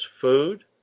food